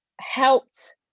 helped